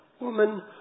Woman